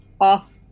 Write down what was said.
off